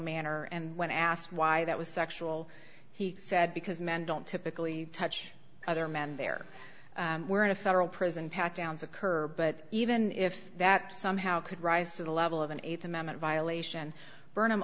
manner and when asked why that was sexual he said because men don't typically touch other men there were in a federal prison pat downs occur but even if that somehow could rise to the level of an th amendment violation burn